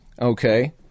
Okay